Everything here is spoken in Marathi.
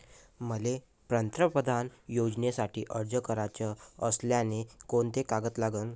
मले पंतप्रधान योजनेसाठी अर्ज कराचा असल्याने कोंते कागद लागन?